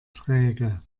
träge